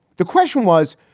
the question was,